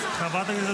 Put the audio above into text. --- חברת הכנסת ביטון.